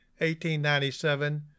1897